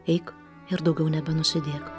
eik ir daugiau nebenusidėk